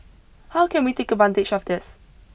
how can we take advantage of this